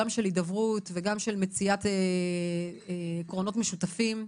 גם של הידברות וגם של מציאת עקרונות משותפים.